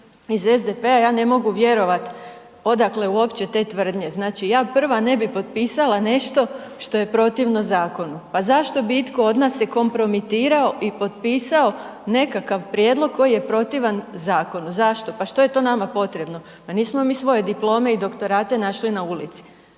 iz SDP-a, ja ne mogu vjerovati odakle uopće te tvrdnje. Znači, ja prva ne bi potpisala nešto što je protivno zakonu. Pa zašto bi itko od nas se kompromitirao i potpisao nekakav prijedlog koji je protivan zakonu, zašto? Pa što je to nama potrebno? Pa nismo mi svoje diplome i doktorate našli na ulici.